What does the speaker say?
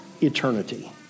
eternity